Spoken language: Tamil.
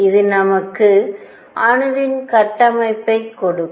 இது நமக்கு அணுவின் கட்டமைப்பைக் கொடுக்கும்